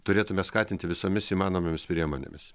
turėtume skatinti visomis įmanomomis priemonėmis